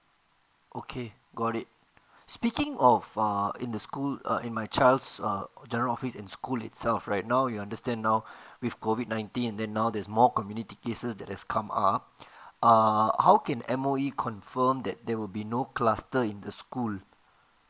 okay got it speaking of err in the school uh in my child's uh general office in school itself right now you understand now with COVID nineteen then now there is more community cases that has come up uh how can M_O_E confirm that there will be no cluster in the school